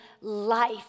life